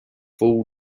full